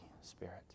Spirit